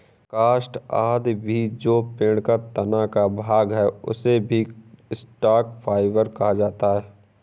काष्ठ आदि भी जो पेड़ के तना का भाग है, उसे भी स्टॉक फाइवर कहा जाता है